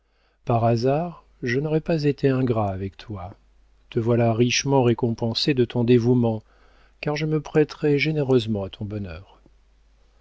par hasard je n'aurai pas été ingrat avec toi te voilà richement récompensé de ton dévouement car je me prêterai généreusement à ton bonheur